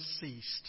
ceased